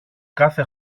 κάθε